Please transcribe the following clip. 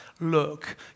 Look